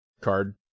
card